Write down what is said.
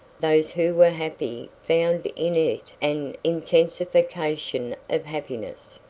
those who were happy found in it an intensification of happiness,